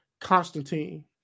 constantine